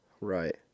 Right